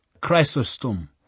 Chrysostom